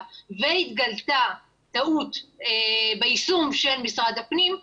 והתגלתה טעות ביישום של משרד הפנים,